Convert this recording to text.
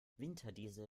winterdiesel